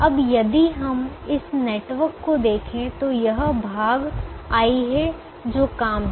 अब यदि हम इस नेटवर्क को देखें तो यह भाग i है जो काम है